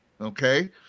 Okay